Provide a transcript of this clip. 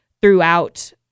throughout